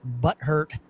Butthurt